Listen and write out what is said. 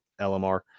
lmr